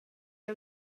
jeu